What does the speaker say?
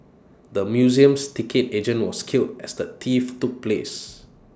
the museum's ticket agent was killed as the theft took place